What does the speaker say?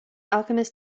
alchemist